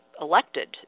elected